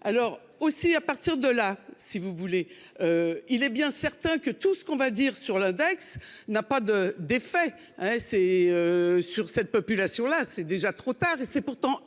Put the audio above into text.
Alors aussi à partir de là si vous voulez. Il est bien certain que tout ce qu'on va dire sur l'index n'a pas de d'effet hein c'est. Sur cette population-là, c'est déjà trop tard et c'est pourtant elle